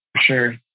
Sure